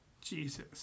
Jesus